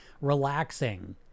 relaxing